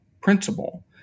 principle